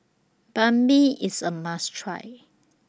Banh MI IS A must Try